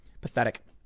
Pathetic